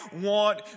want